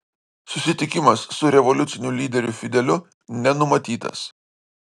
susitikimas su revoliuciniu lyderiu fideliu nenumatytas